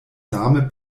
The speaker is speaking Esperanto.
same